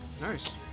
Nice